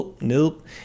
nope